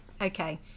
Okay